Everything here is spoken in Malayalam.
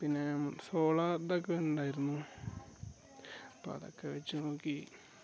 പിന്നെ സോളാ ഇതെക്കെ ഉണ്ടായിരുന്നു അപ്പം അതെക്കെ വെച്ച് നോക്കി